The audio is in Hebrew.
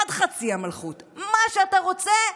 עד חצי המלכות, מה שאתה רוצה,